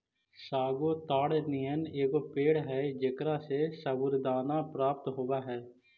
sago ताड़ नियन एगो पेड़ हई जेकरा से सबूरदाना प्राप्त होब हई